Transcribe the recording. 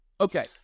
Okay